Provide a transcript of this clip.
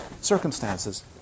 circumstances